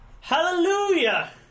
Hallelujah